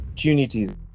Opportunities